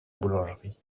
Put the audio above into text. boulangerie